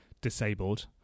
disabled